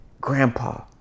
grandpa